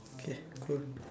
okay cool